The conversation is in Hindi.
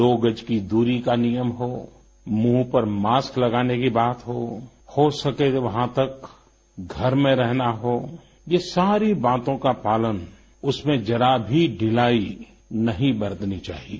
दो गज की दूरी का नियम हो मुंह पर मास्क लगाने की बात हो हो सके तो वहां तक घर में रहना हो ये सारी बातों का पालन उसमें जरा भी ढिलाई नहीं बरतनी चाहिए